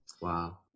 Wow